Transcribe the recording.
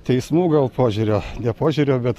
teismų gal požiūrio ne požiūrio bet